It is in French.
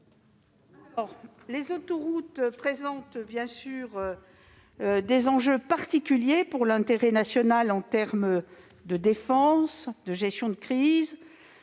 Les autoroutes représentent un enjeu particulier pour l'intérêt national, en matière de défense, de gestion de crise